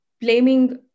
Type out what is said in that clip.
blaming